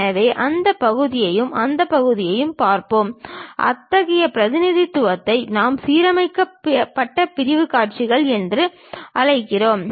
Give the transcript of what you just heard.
எனவே அந்த பகுதியையும் அந்த பகுதியையும் பார்ப்போம் அத்தகைய பிரதிநிதித்துவத்தை நாம் சீரமைக்கப்பட்ட பிரிவு காட்சிகள் என்று அழைக்கிறோம்